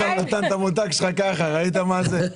ככה נתן את המותג שלך, ראית מה זה?